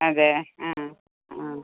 അതെ ആ ആ